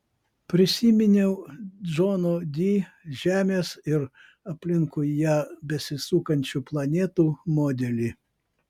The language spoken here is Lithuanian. prisiminiau džono di žemės ir aplinkui ją besisukančių planetų modelį